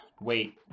Wait